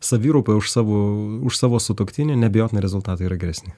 savirūpa už savo už savo sutuoktinį neabejotinai rezultatai yra geresni